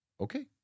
Okay